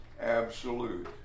absolute